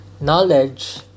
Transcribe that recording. knowledge